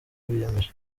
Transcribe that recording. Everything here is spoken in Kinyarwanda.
biyemeje